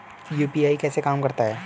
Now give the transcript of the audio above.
UPI कैसे काम करता है?